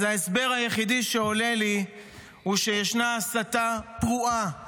אז ההסבר היחידי שעולה לי הוא שישנה הסתה פרועה